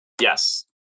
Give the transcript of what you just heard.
yes